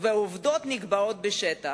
ועובדות נקבעות בשטח.